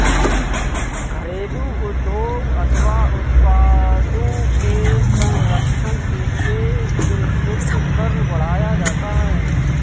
घरेलू उद्योग अथवा उत्पादों के संरक्षण के लिए प्रशुल्क कर बढ़ाया जाता है